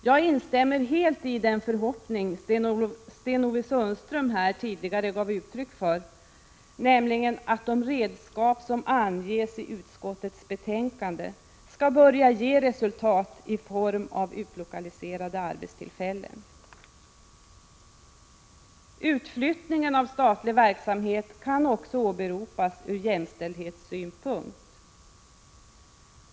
Jag instämmer helt i den förhoppning som Sten-Ove Sundström här tidigare gav uttryck för, nämligen att de redskap som anges i utskottets betänkande skall börja ge resultat i form av utlokaliserade arbetstillfällen. Utflyttningen av statlig verksamhet kan också åberopas ur jämställdhetssynpunkt.